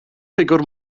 ffigwr